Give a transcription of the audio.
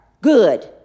good